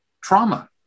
trauma